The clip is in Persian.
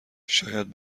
شاید